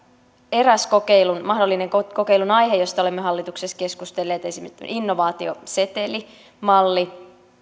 eräs mahdollinen kokeilun aihe josta olemme hallituksessa keskustelleet eli innovaatiosetelimalli